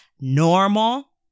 normal